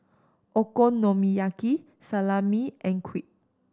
Okonomiyaki Salami and Crepe